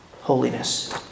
holiness